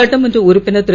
சட்டமன்ற உறுப்பினர் திரு